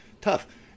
tough